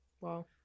Wow